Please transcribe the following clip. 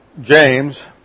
James